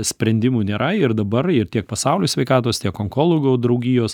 sprendimų nėra ir dabar ir tiek pasaulio sveikatos tiek onkologų draugijos